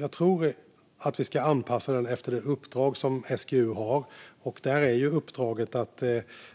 Jag tror att vi ska anpassa den efter det uppdrag som SGU har, och det är